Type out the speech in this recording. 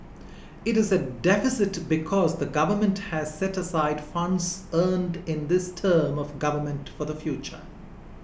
it is a deficit because the Government has set aside funds earned in this term of government for the future